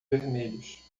vermelhos